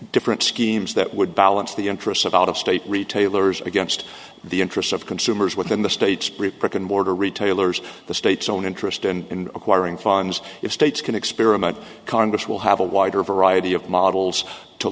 different schemes that would balance the interests of out of state retailers against the interests of consumers within the state repression border retailers the state's own interest in acquiring funds if states can experiment congress will have a wider variety of models to